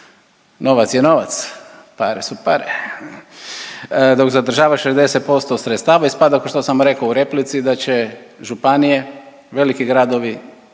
novac je novac, pare su pare. Dok zadržava 60% sredstava, ispada kao što sam rekao u replici da će županije, veliki gradovi,